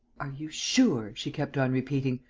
are you sure, she kept on repeating,